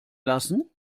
lassen